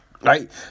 right